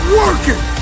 working